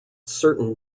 certain